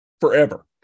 forever